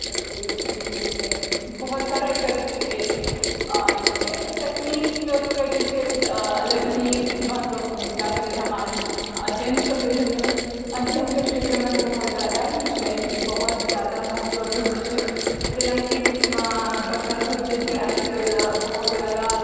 तऽ ई चीज भी छै बहुत सारा एकर छै आ ई छै तकनीककऽ जे छै अलग ही महत्वपूर्णता छै समाजमऽ अध्ययनकऽ फील्डमऽ अध्ययनकऽ क्षेत्रमऽ तऽ बहुत जादा ही छै ई बहुत जादा महत्वपूर्ण छै जेनाकि बच्चा सभजे छै आजकल बहुत जादा